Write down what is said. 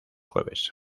jueves